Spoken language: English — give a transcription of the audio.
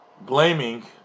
blaming